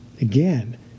Again